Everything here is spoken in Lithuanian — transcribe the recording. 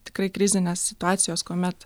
tikrai krizinės situacijos kuomet